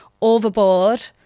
overboard